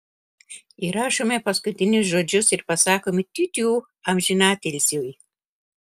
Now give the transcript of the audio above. įrašome paskutinius žodžius ir pasakome tiutiū amžinatilsiui